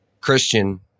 Christian